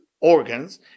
organs